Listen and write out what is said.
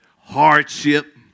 hardship